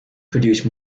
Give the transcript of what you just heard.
produce